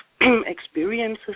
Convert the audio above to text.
experiences